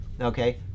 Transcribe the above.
okay